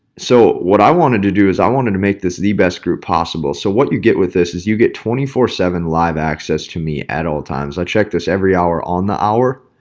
so what i wanted to do is i wanted to make this the best group possible. so what you get with this is you get twenty four seven live access to me at all times. i check this every hour on the hour.